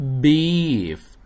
beef